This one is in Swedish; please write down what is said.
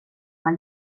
var